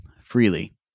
freely